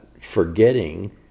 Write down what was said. forgetting